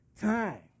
time